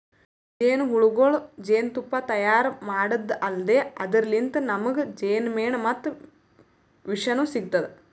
ಜೇನಹುಳಗೊಳ್ ಜೇನ್ತುಪ್ಪಾ ತೈಯಾರ್ ಮಾಡದ್ದ್ ಅಲ್ದೆ ಅದರ್ಲಿನ್ತ್ ನಮ್ಗ್ ಜೇನ್ಮೆಣ ಮತ್ತ್ ವಿಷನೂ ಸಿಗ್ತದ್